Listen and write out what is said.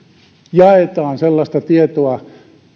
jaetaan sellaista tietoa